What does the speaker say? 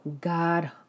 God